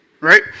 Right